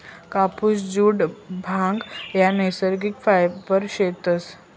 कापुस, जुट, भांग ह्या नैसर्गिक फायबर शेतस